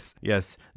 Yes